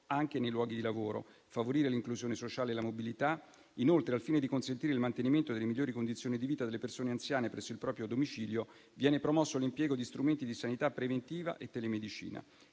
anche nei luoghi di lavoro, favorire l'inclusione sociale e la mobilità. Inoltre, al fine di consentire il mantenimento delle migliori condizioni di vita delle persone anziane presso il proprio domicilio, viene promosso l'impiego di strumenti di sanità preventiva e telemedicina.